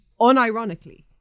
unironically